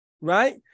right